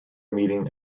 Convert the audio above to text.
meeting